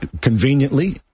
conveniently